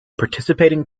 participating